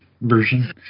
version